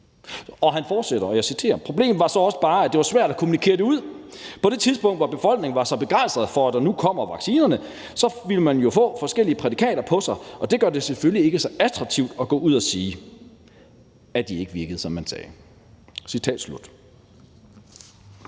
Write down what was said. Og han fortsætter, og jeg citerer: Problemet var så også bare, at det var svært at kommunikere det ud på det tidspunkt, hvor befolkningen var så begejstret for, at der nu kommer vaccinerne, så ville man jo få forskellige prædikater på sig, og det gør det selvfølgelig ikke så attraktivt at gå ud og sige, at de ikke virkede, som man sagde. Citat slut.